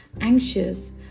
anxious